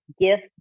Gift